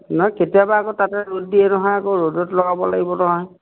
নহয় কেতিয়াবা আকৌ তাতে ৰ'দ দিয়ে নহয় আকৌ ৰ'দত লগাব লাগিব নহয়